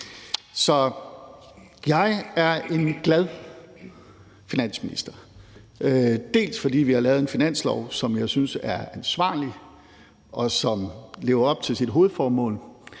Så jeg er en glad finansminister, dels fordi vi har lavet en finanslov, som jeg synes er ansvarlig og lever op til sit hovedformål,